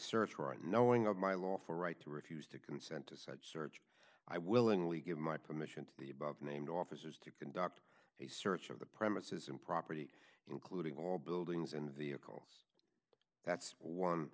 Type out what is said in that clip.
search warrant knowing of my lawful right to refuse to consent to such search i willingly give my permission to the above named officers to conduct a search of the premises and property including all buildings in the vehicles that's one